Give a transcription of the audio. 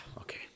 okay